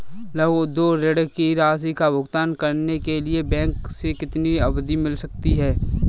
लघु उद्योग ऋण की राशि का भुगतान करने के लिए बैंक से कितनी अवधि मिल सकती है?